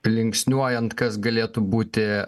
linksniuojant kas galėtų būti